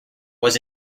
was